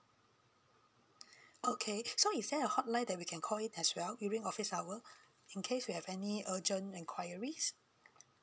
okay so is there a hotline that we can call in as well during office hour in case we have any urgent enquiries